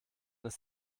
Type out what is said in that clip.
ist